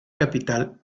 capital